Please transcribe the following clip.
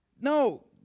No